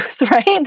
right